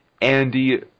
Andy